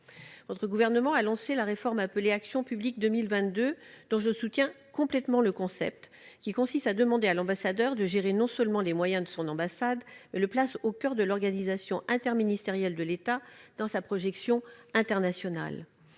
Le Gouvernement a lancé la réforme dite Action publique 2022, dont je soutiens complètement le concept, qui consiste non seulement à demander à l'ambassadeur de gérer les moyens de son ambassade, mais à placer celui-ci au coeur de l'organisation interministérielle de l'État dans sa projection internationale.